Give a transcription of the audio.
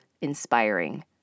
inspiring